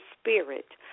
spirit